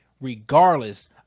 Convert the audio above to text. regardless